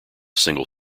single